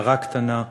הערה קטנה,